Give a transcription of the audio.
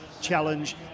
challenge